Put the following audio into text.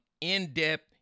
in-depth